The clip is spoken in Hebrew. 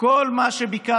כל מה שביקשנו